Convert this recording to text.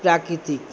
প্রাকৃতিক